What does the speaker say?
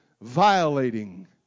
violating